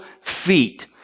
feet